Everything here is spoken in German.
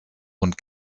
und